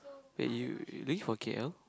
wait you doing for k_l